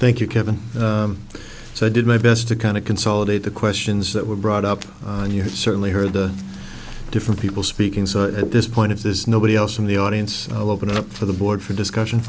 thank you kevin so i did my best to kind of consolidate the questions that were brought up and you have certainly heard the different people speaking so it at this point if there's nobody else in the audience i'll open it up for the board for discussion